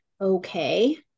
okay